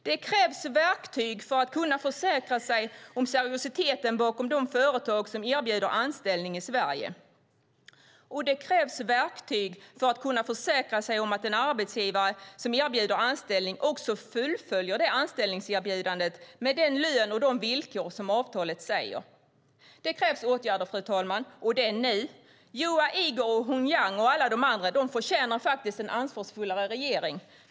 Det krävs verktyg för att kunna försäkra sig om seriositeten bakom de företag som erbjuder anställning i Sverige, och det krävs verktyg för att kunna försäkra sig om att en arbetsgivare som erbjuder anställning också fullföljer det anställningserbjudandet med den lön och de villkor som avtalet säger. Det krävs åtgärder, fru talman, och det nu. Juao, Igor, Hong Yan och alla de andra förtjänar faktiskt en ansvarsfullare regering.